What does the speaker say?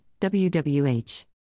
wwh